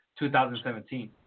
2017